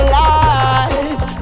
life